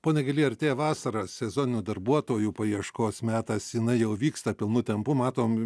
pone gyly artėja vasara sezoninių darbuotojų paieškos metas jinai jau vyksta pilnu tempu matom